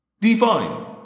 Define